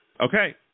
Okay